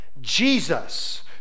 jesus